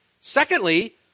Secondly